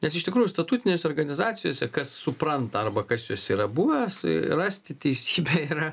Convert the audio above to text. nes iš tikrųjų statutinėse organizacijose kas supranta arba kas jose yra buvęs rasti teisybę yra